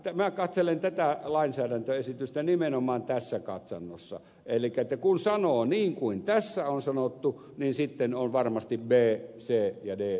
minä katselen tätä lainsäädäntöesitystä nimenomaan tässä katsannossa eli että kun sanoo niin kuin tässä on sanottu niin sitten on varmasti b c ja d myöskin valmiina